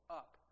up